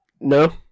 No